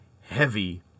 heavy